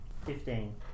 Fifteen